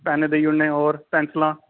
pan देई ओड़ने होर पैंसलां